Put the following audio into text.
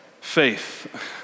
Faith